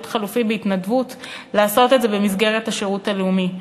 חלופי בהתנדבות לעשות את זה במסגרת השירות הלאומי.